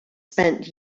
spent